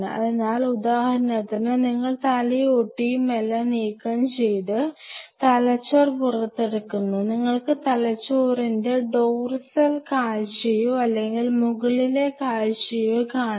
അതിനാൽ ഉദാഹരണത്തിന് നിങ്ങൾ തലയോട്ടിയും എല്ലാം നീക്കം ചെയ്ത് തലച്ചോർ പുറത്തെടുക്കുന്നു നിങ്ങൾക്ക് തലച്ചോറിന്റെ ഡോർസൽ കാഴ്ചയോ അല്ലെങ്കിൽ മുകളിലെ കാഴ്ചയോ കാണാം